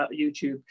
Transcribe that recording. YouTube